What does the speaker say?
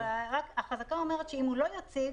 אבל החזקה אומרת שאם הוא לא יציג,